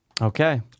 Okay